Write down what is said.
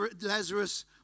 Lazarus